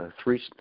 three